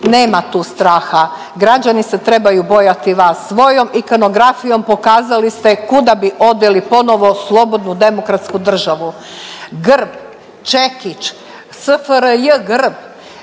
Nema tu straha. Građani se trebaju bojati vas. Svojom ikonografijom pokazali ste kuda bi odveli ponovo slobodnu demokratsku državu. Grb, čekić, SFRJ grb,